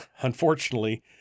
Unfortunately